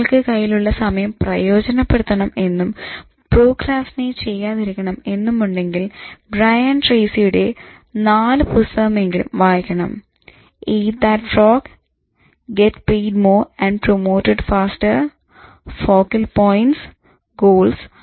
നിങ്ങൾക്ക് കയ്യിലുള്ള സമയം പ്രയോജനപ്പെടുത്തണം എന്നും പ്രോക്രാസ്റ്റിനേറ്റ് ചെയ്യാതിരിക്കണം എന്നുമുണ്ടെങ്കിൽ ബ്രയൻ ട്രേസി യുടെ 4 പുസ്തകമെങ്കിലും വായിക്കണം eat that frog get paid more and promoted faster focal points goals